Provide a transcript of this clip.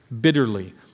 bitterly